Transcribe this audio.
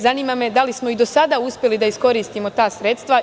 Zanima me da li smo i do sada uspeli da iskoristimo ta sredstva?